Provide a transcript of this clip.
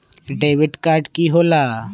Debit card की होला?